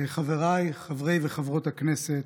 חבריי חברי וחברות הכנסת,